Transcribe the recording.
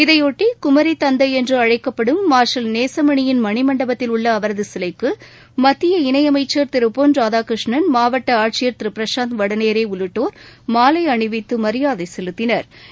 இதையொட்டி குமரி தந்தை என்று அழைக்கப்படும் மார்ஷல் நேஷமணியின் மணிமண்டபத்தில் உள்ள அவரது சிலைக்கு மத்திய இணை அமைச்சர் திரு பொன் ராதாகிருஷ்ணன் மாவட்ட ஆட்சியர் திரு பிரசாந்த் வடநேரே உள்ளிட்டோா் மாலை அணிவித்து மரியாதை செலுத்தினா்